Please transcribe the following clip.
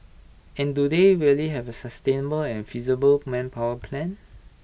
and do they really have A sustainable and feasible manpower plan